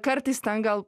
kartais ten gal